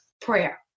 prayer